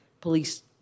police